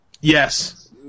Yes